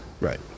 Right